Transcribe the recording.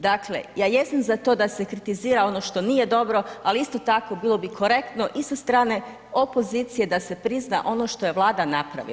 Dakle, ja jesam za to da se kritizera ono što nije dobro, ali isto tako bilo bi korektno, i sa strane opozicije da se prizna ono što je vlada napravila.